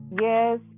Yes